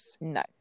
No